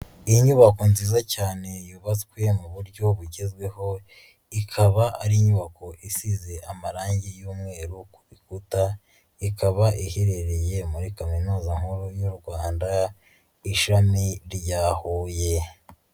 Iyi nyubako nziza cyane yubatswe mu buryo bugezweho, ikaba ari inyubako isize amarangi y'umweru ku bikuta, ikaba iherereye muri kaminuza nkuru y'u Rwanda ishami rya Huye.